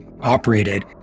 operated